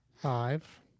Five